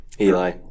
Eli